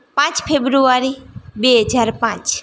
પાંચ ફેબ્રુઆરી બે હજાર પાંચ